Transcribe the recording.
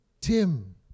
Tim